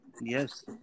Yes